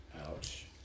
Ouch